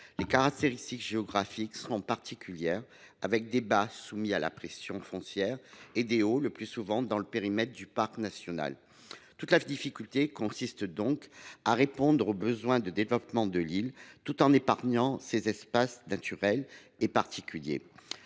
Les caractéristiques géographiques sont particulières, avec « des bas » soumis à la pression foncière, et « des hauts », le plus souvent dans le périmètre du parc national. Toute la difficulté consiste à répondre aux besoins de développement de l’île tout en épargnant ces espaces naturels et particuliers.